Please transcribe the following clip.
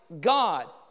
God